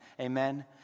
amen